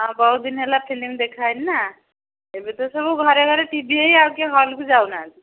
ହଁ ବହୁତ ଦିନ ହେଲା ଫିଲ୍ମ ଦେଖା ହେଇନି ନା ଏବେ ତ ସବୁ ଘରେ ଘରେ ଟିଭି ହେଇ ଆଉ କିଏ ହଲ୍କୁ ଯାଉନାହାନ୍ତି